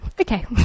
Okay